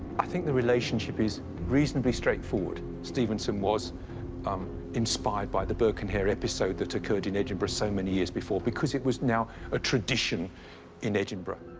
i think the relationship is reasonably straightforward. stevenson was um inspired by the burke and hare episode that occurred in edinburgh so many years before, because it was now a tradition in edinburgh.